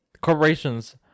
corporations